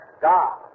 God